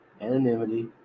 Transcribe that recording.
anonymity